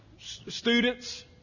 students